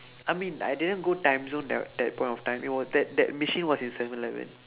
I mean I didn't go timezone that that point of time it was that that machine was in seven eleven